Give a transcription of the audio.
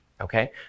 okay